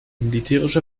militärische